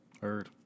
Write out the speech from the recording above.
Heard